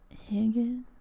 Higgins